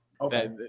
Okay